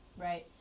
right